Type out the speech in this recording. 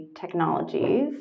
technologies